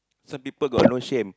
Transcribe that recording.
some people got no shame